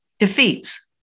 Defeats